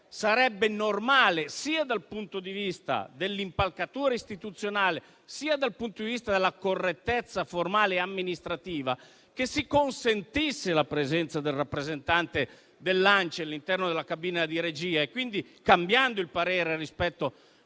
sarebbe normale sia dal punto di vista dell'impalcatura istituzionale, sia dal punto di vista della correttezza formale e amministrativa, che si consentisse la presenza del rappresentante dell'ANCI all'interno della cabina di regia e quindi, cambiando il parere rispetto